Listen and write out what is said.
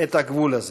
את הגבול הזה.